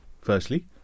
firstly